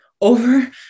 over